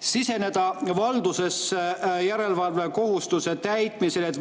siseneda valdusesse järelevalvekohustuse täitmisel, et